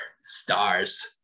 stars